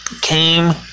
came